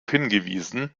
hingewiesen